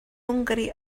hwngari